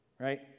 Right